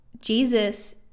Jesus